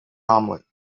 omelette